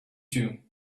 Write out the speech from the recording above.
you